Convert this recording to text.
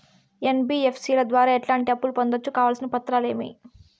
NBFC ల ద్వారా ఎట్లాంటి అప్పులు పొందొచ్చు? కావాల్సిన పత్రాలు ఏమేమి?